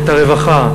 את הרווחה,